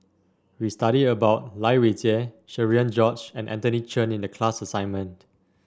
we studied about Lai Weijie Cherian George and Anthony Chen in the class assignment